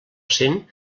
cent